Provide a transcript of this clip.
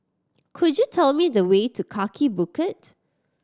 could you tell me the way to Kaki Bukit